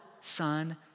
Son